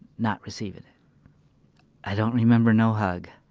not receiving i don't remember no hug.